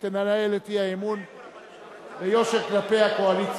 שתנהל את האי-אמון ביושר כלפי הקואליציה.